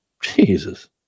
Jesus